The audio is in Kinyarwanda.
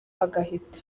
agahita